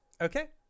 Okay